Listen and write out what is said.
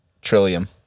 Trillium